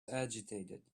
agitated